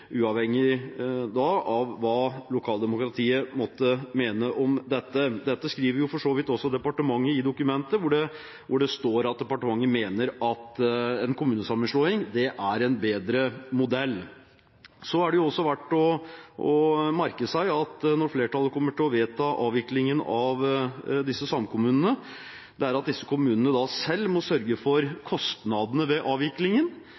av hva lokaldemokratiet måtte mene om dette. Dette skriver for så vidt også departementet i dette dokumentet, hvor det står at departementet mener at en kommunesammenslåing er en bedre modell. Det er også verdt å merke seg at når flertallet kommer til å vedta avvikling av samkommunene, må disse kommunene selv sørge for kostnadene ved avviklingen bestemt av stortingsflertallet, og at disse kostnadene i sin helhet må